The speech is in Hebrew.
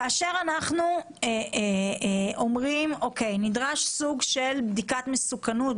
כאשר אנחנו אומרים שנדרשת סוג של בדיקת מסוכנות,